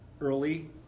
early